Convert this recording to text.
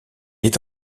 est